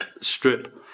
strip